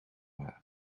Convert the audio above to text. haar